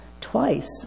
twice